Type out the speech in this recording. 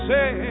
Say